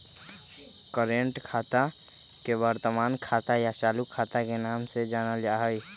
current खाता के वर्तमान खाता या चालू खाता के नाम से जानल जाई छई